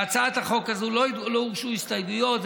להצעת החוק הזאת לא הוגשו הסתייגויות,